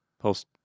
post